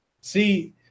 See